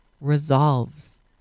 resolves